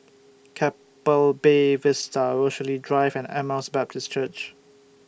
Keppel Bay Vista Rochalie Drive and Emmaus Baptist Church